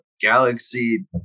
Galaxy